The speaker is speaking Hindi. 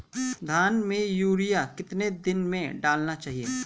धान में यूरिया कितने दिन में डालना चाहिए?